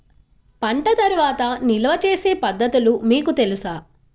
పంట తర్వాత నిల్వ చేసే పద్ధతులు మీకు తెలుసా?